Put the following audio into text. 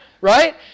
right